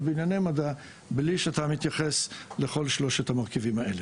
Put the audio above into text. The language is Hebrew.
בענייני מדע בלי שאתה מתייחס לכל שלושת המרכיבים האלה.